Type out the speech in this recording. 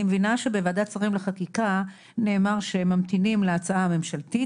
אני מבינה שבוועדת השרים לחקיקה נאמר שהם ממתינים להצעה הממשלתית